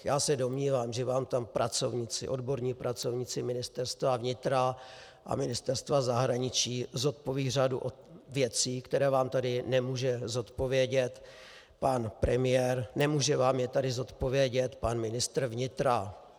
Já se domnívám, že vám tam pracovníci, odborní pracovníci Ministerstva vnitra a Ministerstva zahraničí zodpovědí řadu věcí, které vám tady nemůže zodpovědět pan premiér, nemůže vám je tady zodpovědět pan ministr vnitra.